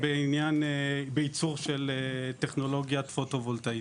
בייצור של טכנולוגיה פוטו-וולטאית.